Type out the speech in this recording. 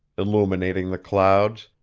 illuminating the clouds,